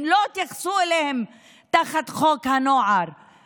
הם לא התייחסו אליהם תחת חוק הנוער,